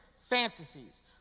fantasies